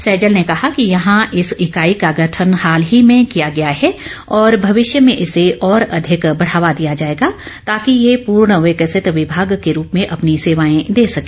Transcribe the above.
उन्होंने कहा कि यहां इस इकाई का गठन हाल ही में किया गया है और भविष्य में इसे और अधिक बढ़ावा दिया जाएगा ताकि ये पूर्ण विकसित विमाग के रूप में अपनी सेवाएं दे सके